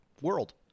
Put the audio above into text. world